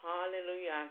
Hallelujah